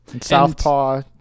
Southpaw